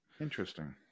Interesting